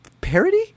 parody